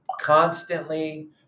constantly